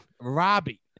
Robbie